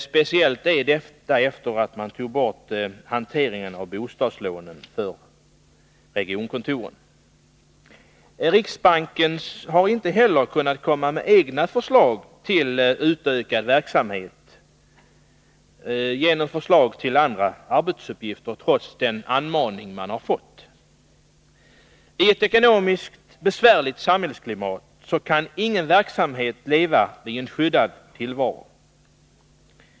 Speciellt gäller detta efter det att man tog bort regionkontorens hantering av bostadslånen. Riksbanken har inte heller, trots uppmaning, kunnat komma med egna förslag om andra arbetsuppgifter. I ett ekonomiskt besvärligt samhällsklimat kan ingen verksamhet leva i en skyddad tillvaro.